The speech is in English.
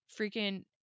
freaking